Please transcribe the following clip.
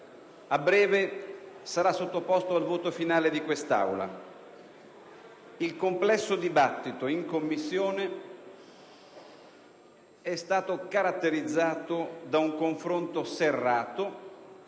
a breve, sarà sottoposto al voto finale di questa Aula. Il complesso dibattito in Commissione è stato caratterizzato da un confronto serrato,